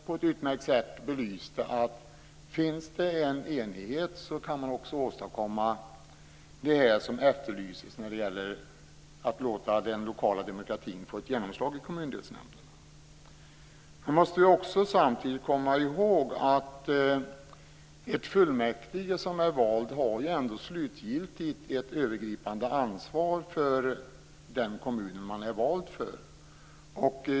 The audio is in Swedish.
På ett utmärkt sätt belyste han att man, om det finns en enighet, kan åstadkomma det som efterlyses när det gäller att låta den lokala demokratin få genomslag i kommundelsnämnderna. Samtidigt måste vi komma ihåg att en fullmäktigeförsamling som är vald ändå slutgiltigt har det övergripande ansvaret för den kommun som den är vald för.